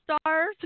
stars